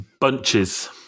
bunches